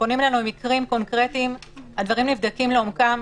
כשפונים אלינו עם מקרים קונקרטיים הדברים נבדקים לעומקם,